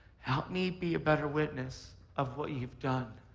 help me be a better witness of what you've done.